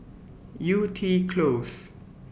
Yew Tee Close